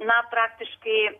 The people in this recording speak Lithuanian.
na praktiškai